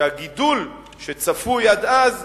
שהגידול שצפוי עד אז,